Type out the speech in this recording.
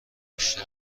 بیشتر